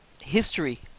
History